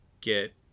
get